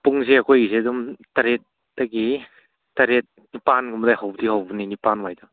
ꯄꯨꯡꯁꯦ ꯑꯩꯈꯣꯏꯁꯦ ꯑꯗꯨꯝ ꯇꯔꯦꯠꯇꯒꯤ ꯇꯔꯦꯠ ꯅꯤꯄꯥꯟꯒꯨꯝꯕꯗꯒꯤ ꯍꯧꯕꯗꯤ ꯍꯧꯕꯅꯤ ꯅꯤꯄꯥꯟ ꯋꯥꯏꯗ